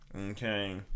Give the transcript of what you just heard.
Okay